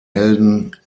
helden